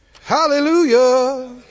Hallelujah